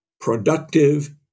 productive